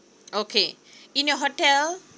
okay in your hotel